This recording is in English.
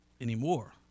Anymore